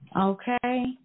Okay